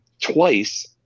twice